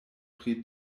pri